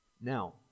Now